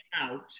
out